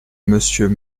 monsieur